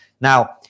now